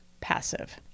passive